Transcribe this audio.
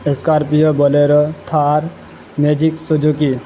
scorpio bolero Thar magic Suzuki